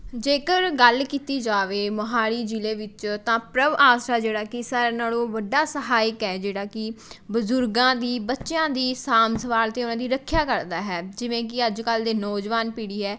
ਜੇਕਰ ਗੱਲ ਕੀਤੀ ਜਾਵੇ ਮੋਹਾਲੀ ਜ਼ਿਲ੍ਹੇ ਵਿੱਚ ਤਾਂ ਪ੍ਰਭ ਆਸਰਾ ਜਿਹੜਾ ਕਿ ਸਾਰਿਆਂ ਨਾਲੋਂ ਵੱਡਾ ਸਹਾਇਕ ਹੈ ਜਿਹੜਾ ਕਿ ਬਜ਼ੁਰਗਾਂ ਦੀ ਬੱਚਿਆਂ ਦੀ ਸਾਂਭ ਸੰਭਾਲ ਅਤੇ ਉਹਨਾਂ ਦੀ ਰੱਖਿਆ ਕਰਦਾ ਹੈ ਜਿਵੇਂ ਕਿ ਅੱਜ ਕੱਲ੍ਹ ਦੇ ਨੌਜਵਾਨ ਪੀੜੀ ਹੈ